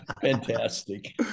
Fantastic